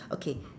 okay